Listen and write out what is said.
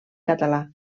català